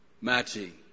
matching